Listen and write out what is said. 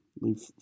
leave